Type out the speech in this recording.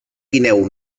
guineu